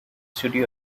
studio